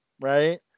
Right